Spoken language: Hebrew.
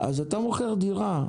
אז אתה מוכר דירה,